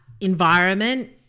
environment